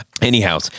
Anyhow